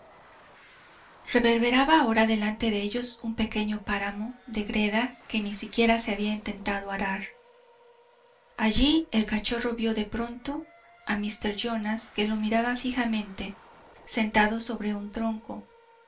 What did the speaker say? reverberaba ahora delante de ellos un pequeño páramo de greda que ni siquiera se había intentado arar allí el cachorro vió de pronto a míster jones que lo miraba fijamente sentado sobre un tronco